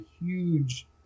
huge